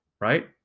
Right